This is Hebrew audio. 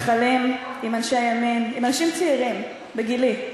מתנחלים, עם אנשי ימין, עם אנשים צעירים בגילי,